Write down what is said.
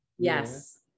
Yes